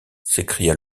s’écria